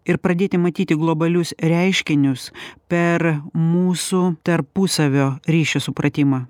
ir pradėti matyti globalius reiškinius per mūsų tarpusavio ryšio supratimą